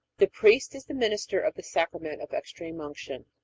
the priest is the minister of the sacrament of extreme unction.